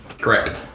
Correct